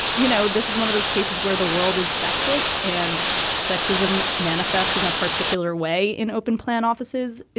you know, this is one of those cases where the world is sexist and sexism manifests in a particular way in open plan offices,